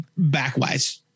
backwise